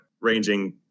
ranging